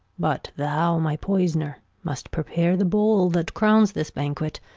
but thou, my poysner, must prepare the bowll that crowns this banquet,